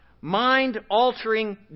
mind-altering